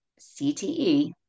CTE